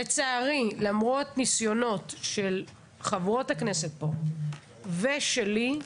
לצערי, למרות ניסיונות של חברות הכנסת פה ושלי,